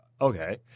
okay